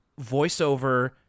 voiceover